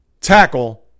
tackle